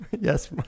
yes